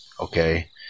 okay